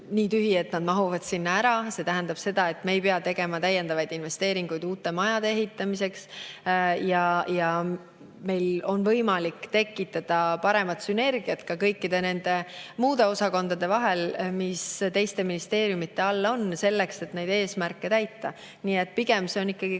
Nii tühi, et nad mahuvad sinna ära. See tähendab seda, et me ei pea tegema täiendavaid investeeringuid uute majade ehitamiseks ja meil on võimalik tekitada paremat sünergiat kõikide muude osakondade vahel, mis teiste ministeeriumide all on, selleks et neid eesmärke täita. Nii et pigem on see ikkagi